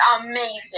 amazing